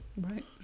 Right